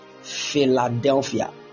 Philadelphia